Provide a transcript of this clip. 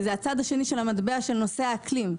כי זה הצד השני של המטבע של נושא האקלים,